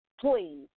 Please